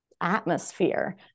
atmosphere